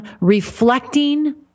reflecting